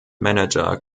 manager